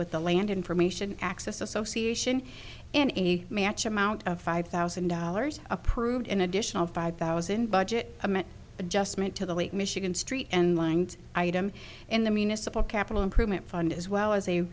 with the land information access association in a match amount of five thousand dollars approved an additional five thousand budget i'm an adjustment to the lake michigan st and lined item in the municipal capital improvement fund as well as